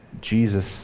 Jesus